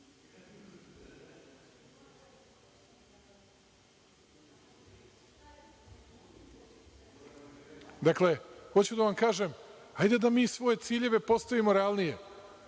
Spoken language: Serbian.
hoću da vam kažem, hajde da mi svoje ciljeve postavimo realnije.